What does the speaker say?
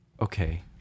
Okay